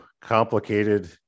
complicated